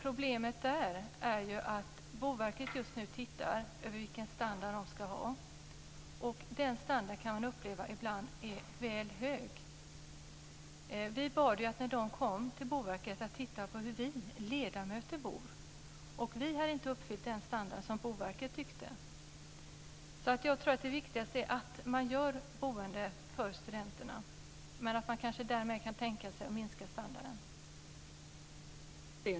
Boverket ser just nu över vilken standard studenterna ska ha. Den standarden är, kan man uppleva ibland, väl hög. Vi bad dem att titta på hur vi ledamöter bor. Vi har inte uppfyllt den standard som Boverket tyckte att man skulle ha. Jag tror att det viktigaste är att se till att det finns boende för studenterna men att man kanske kan tänka sig att minska standarden.